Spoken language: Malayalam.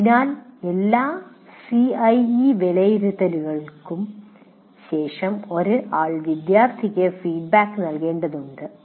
അതിനാൽ എല്ലാ CIE വിലയിരുത്തലുകൾക്കും ശേഷം ഒരാൾ വിദ്യാർത്ഥികൾക്ക് ഫീഡ്ബാക്ക് നൽകേണ്ടതുണ്ട്